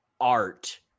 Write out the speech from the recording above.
art